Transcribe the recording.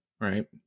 right